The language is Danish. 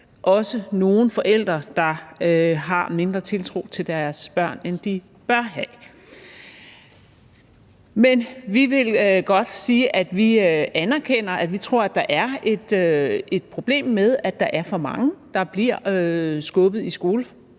også nogle forældre, der har mindre tiltro til deres børn, end de bør have. Men jeg vil godt sige, at vi anerkender, at der er et problem med, at der er for mange, der bliver skubbet i skole for